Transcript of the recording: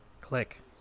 click